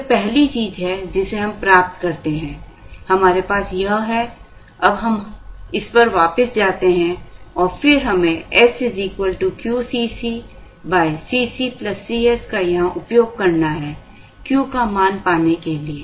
तो यह पहली चीज है जिसे हम प्राप्त करते हैं हमारे पास यह है अब हम इस पर वापस जाते हैं और फिर हमें s QCc Cc Cs का यहां उपयोग करना है Q का मान पाने के लिए